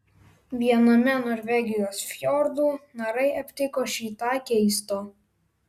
viename norvegijos fjordų narai aptiko šį tą keisto